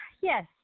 Yes